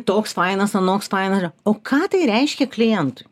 toks fainas anoks faina o ką tai reiškia klientui